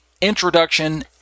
introduction